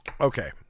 okay